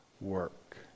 work